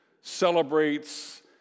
Celebrates